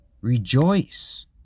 Rejoice